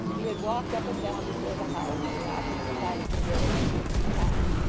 he had walked up and down before the house, on the opposite side of the way, two or three times,